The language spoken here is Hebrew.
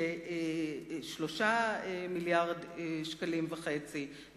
של 3.5 מיליארדי שקלים בשנת 2001,